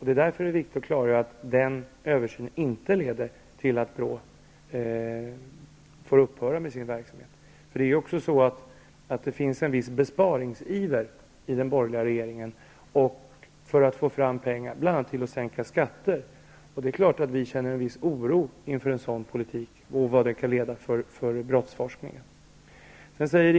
Det är därför viktigt att klargöra att denna översyn inte leder till att BRÅ måste upphöra med sin verksamhet. Det finns också en viss besparingsiver inom den borgerliga regeringen för att man skall få fram pengar bl.a. till att sänka skatter. Det är klart att vi hyser en viss oro inför en sådan politik och vad den kan leda till för resultat när det gäller brottsforskningen.